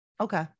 okay